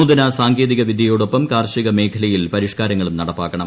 നൂതന സാങ്കേതിക വിദൃയോടൊപ്പം കാർഷിക മേഖലയിൽ പരിഷാകരങ്ങളും നടപ്പാക്കണം